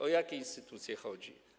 O jakie instytucje chodzi?